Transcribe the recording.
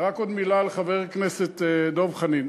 רק עוד מילה לחבר הכנסת דב חנין.